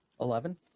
Eleven